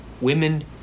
Women